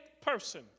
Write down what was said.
person